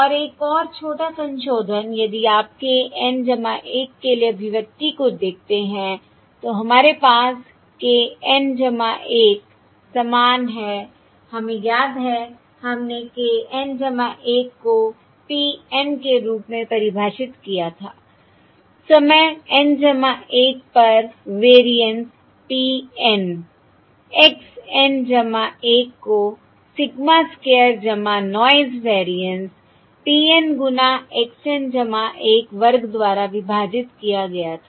और एक और छोटा संशोधन यदि आप k N 1 के लिए अभिव्यक्ति को देखते हैं तो हमारे पास k N 1 समान है हमें याद है हमने k N 1 को P के रूप में परिभाषित किया था समय N 1 पर variance P N x N 1 को sigma square noise variance P गुणा x N 1 वर्ग द्वारा विभाजित किया गया था